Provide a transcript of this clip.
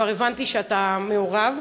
וכבר הבנתי שאתה מעורב.